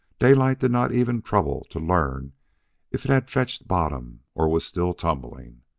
daylight did not even trouble to learn if it had fetched bottom or was still tumbling.